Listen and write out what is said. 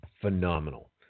phenomenal